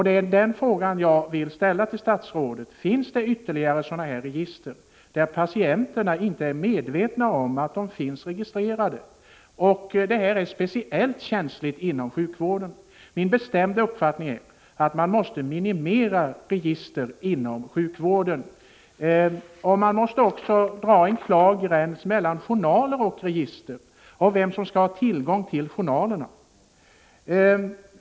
Min bestämda uppfattning är att antalet register inom sjukvården måste minimeras. Det måste också dras en klar gräns mellan journaler och register och när det gäller vem som skall ha tillgång till journalerna.